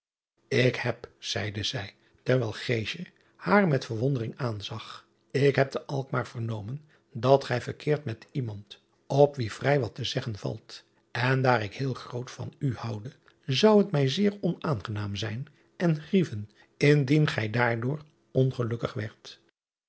k heb zeide zij terwijl haar met verwondering aanzag ik heb te lkmaar vernomen dat gij verkeert met iemand op wien vrij wat te zeggen valt en daar ik heel groot van u houde zou het mij zeer onaangenaam zijn en grieven indien gij daardoor ongelukkig werdt